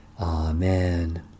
Amen